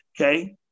okay